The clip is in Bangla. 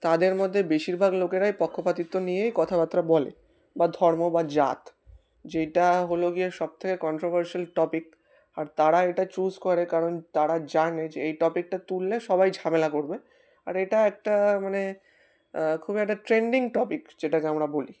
তাদের মধ্যে বেশিরভাগ লোকেরাই পক্ষপাতিত্ব নিয়েই কথাবার্তা বলে বা ধর্ম বা জাত যেইটা হল গিয়ে সব থেকে কন্ট্রোভার্সিয়াল টপিক আর তারা এটা চুজ করে কারণ তারা জানে যে এই টপিকটা তুললে সবাই ঝামেলা করবে আর এটা একটা মানে খুবই একটা ট্রেন্ডিং টপিক যেটাকে আমরা বলি